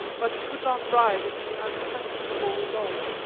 but could not arrive at any unquestionable result.